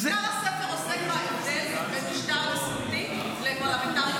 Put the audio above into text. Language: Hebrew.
אבל בעיקר הספר עוסק בהבדל בין משטר נשיאותי ופרלמנטרי.